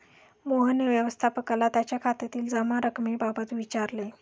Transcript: मोहनने व्यवस्थापकाला त्याच्या खात्यातील जमा रक्कमेबाबत विचारले